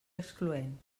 excloent